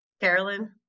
Carolyn